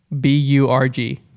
B-U-R-G